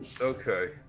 Okay